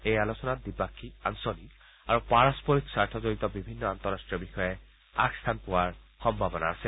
এই আলোচনাত দ্বিপাক্ষিক আঞ্চলিক আৰু পাৰস্পৰিক স্বাৰ্থ জড়িত বিভিন্ন আন্তঃৰাষ্ট্ৰীয় বিষয়ে আগস্থান পোৱাৰ সম্ভাৱনা আছে